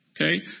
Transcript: okay